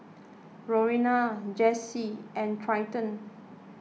Lorena Jessi and Trenton